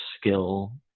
skill